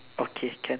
okay can